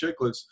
Chicklets